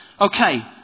Okay